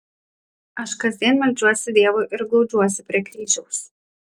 aš kasdien meldžiuosi dievui ir glaudžiuosi prie kryžiaus